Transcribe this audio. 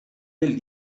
del